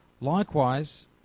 Likewise